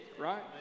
right